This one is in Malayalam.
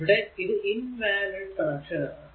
ഇവിടെ ഇത് ഇൻ വാലിഡ് കണക്ഷൻ ആണ്